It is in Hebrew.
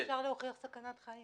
איך אפשר להוכיח סכנת חיים?